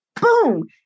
boom